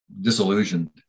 disillusioned